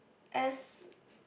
as